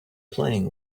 playing